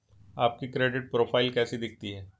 आपकी credit profile कैसी दिखती है?